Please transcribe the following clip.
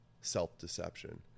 self-deception